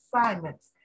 assignments